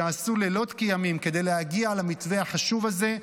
שעשו לילות כימים כדי להגיע למתווה החשוב הזה,